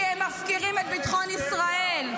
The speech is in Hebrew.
כי הם מפקירים את ביטחון ישראל.